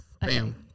Bam